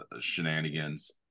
shenanigans